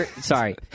Sorry